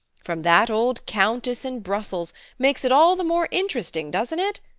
from that old countess in brussels, makes it all the more interesting, doesn't it?